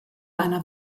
einer